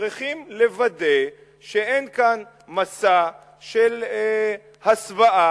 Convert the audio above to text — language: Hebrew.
צריכים לוודא שאין כאן מסע של הסוואה,